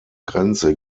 grenze